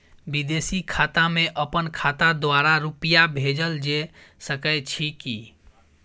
विदेशी खाता में अपन खाता द्वारा रुपिया भेजल जे सके छै की?